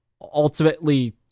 ultimately